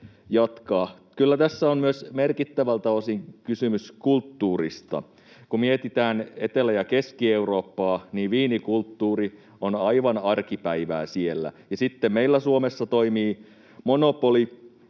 Kyllä tässä on myös merkittävältä osin kysymys kulttuurista. Kun mietitään Etelä- ja Keski-Eurooppaa, niin viinikulttuuri on aivan arkipäivää siellä, ja sitten meillä Suomessa toimii monopoli,